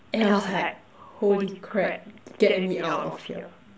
and I was like holy crap get me out of here